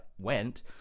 went